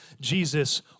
Jesus